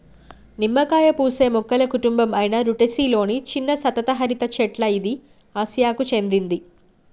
నిమ్మకాయ పూసే మొక్కల కుటుంబం అయిన రుటెసి లొని చిన్న సతత హరిత చెట్ల ఇది ఆసియాకు చెందింది